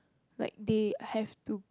like they have to